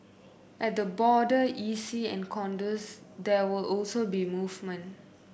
at the border E C and condos there will also be movement